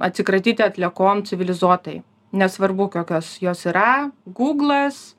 atsikratyti atliekom civilizuotai nesvarbu kokios jos yra guglas